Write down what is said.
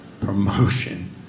promotion